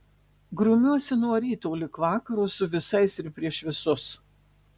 grumiuosi nuo ryto lig vakaro su visais ir prieš visus